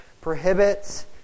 prohibits